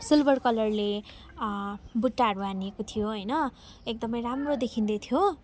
silver कलरले बुट्टाहरू हानेको थियो होइन एकदमै राम्रो देखिँदै थियो